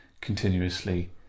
continuously